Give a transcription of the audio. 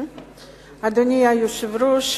אדוני היושב-ראש,